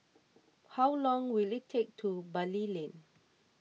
how long will it take to Bali Lane